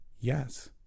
yes